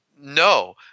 no